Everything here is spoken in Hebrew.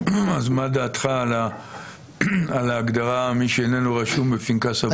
אז מה דעתך על ההגדרה: מי שאיננו רשום בפנקס הבוחרים?